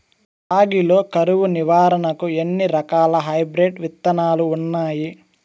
రాగి లో కరువు నివారణకు ఎన్ని రకాల హైబ్రిడ్ విత్తనాలు ఉన్నాయి